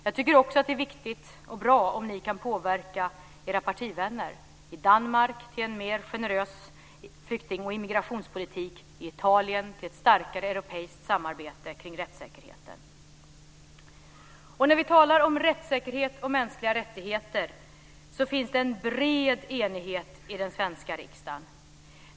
Jag tycker också att det är viktigt och bra om ni kan påverka era partivänner i Danmark till en mer generös flykting och immigrationspolitik och i Italien till ett starkare europeiskt samarbete kring rättssäkerheten. När vi talar om rättssäkerhet och mänskliga rättigheter finns det en bred enighet i den svenska riksdagen.